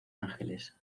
ángeles